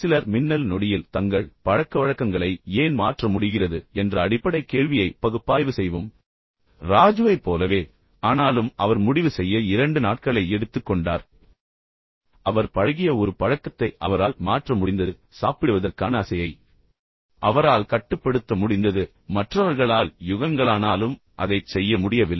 சிலர் மின்னல் நொடியில் தங்கள் பழக்கவழக்கங்களை ஏன் மாற்ற முடிகிறது என்ற அடிப்படை கேள்வியை இப்போது பகுப்பாய்வு செய்வோம் ராஜுவைப் போலவே ஆனாலும் ஆனாலும் அவர் முடிவு செய்ய இரண்டு நாட்களை எடுத்துக்கொண்டார் இருப்பினும் அவர் பழகிய ஒரு பழக்கத்தை அவரால் மாற்ற முடிந்தது சாப்பிடுவதற்கான ஆசையை அவரால் கட்டுப்படுத்த முடிந்தது மற்றவர்களால் யுகங்களானாலும் அதைச் செய்ய முடியவில்லை